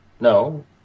No